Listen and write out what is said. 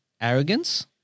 arrogance